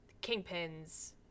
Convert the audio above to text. Kingpin's